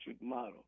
model